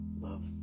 love